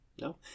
No